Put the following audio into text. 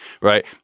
right